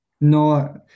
No